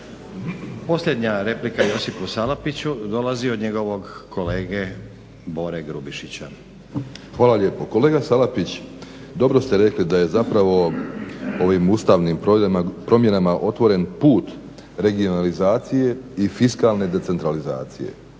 Posljednja replika Josipu Salapiću dolazi od njegovog kolege Bore Grubišića. **Grubišić, Boro (HDSSB)** Hvala lijepo. Kolega Salapić, dobro ste rekli da je zapravo ovim ustavnim promjena otvoren put regionalizaciji i fiskalne decentralizacije